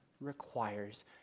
requires